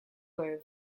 were